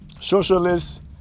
socialist